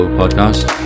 podcast